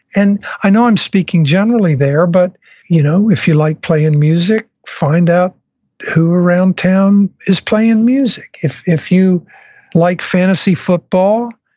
and i know i'm speaking generally there, but you know if you like playing music, find out who around town is playing music. if if you like fantasy football,